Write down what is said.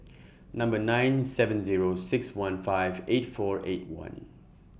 Number nine seven Zero six one five eight four eight one